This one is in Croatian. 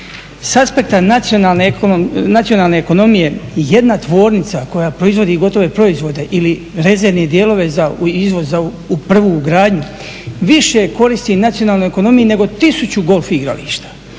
Sa aspekta nacionalne ekonomije jedna tvornica koja proizvodi gotove proizvode ili rezervne dijelove za izvoz, za prvu gradnju više koristi nacionalnoj ekonomiji nego tisuću golf igrališta.